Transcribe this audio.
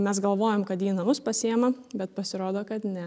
mes galvojom kad jį į namus pasiima bet pasirodo kad ne